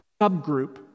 subgroup